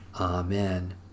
Amen